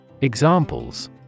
Examples